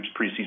preseason